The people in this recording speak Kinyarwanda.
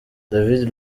david